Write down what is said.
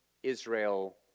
Israel